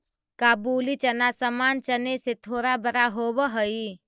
काबुली चना सामान्य चने से थोड़ा बड़ा होवअ हई